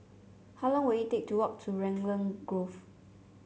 how long will it take to walk to Raglan Grove